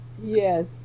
Yes